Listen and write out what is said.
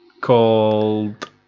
called